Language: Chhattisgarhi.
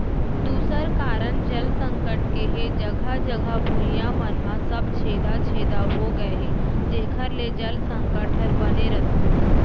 दूसर कारन जल संकट के हे जघा जघा भुइयां मन ह सब छेदा छेदा हो गए हे जेकर ले जल संकट हर बने रथे